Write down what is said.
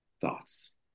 thoughts